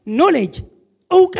Knowledge